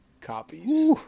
copies